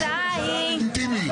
הממשלה הלגיטימי.